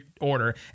order